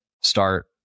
start